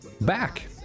back